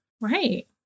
Right